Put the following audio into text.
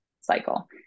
cycle